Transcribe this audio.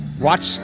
Watch